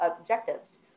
objectives